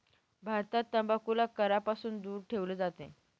भारतात तंबाखूला करापासून दूर ठेवले जाते